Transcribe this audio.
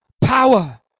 Power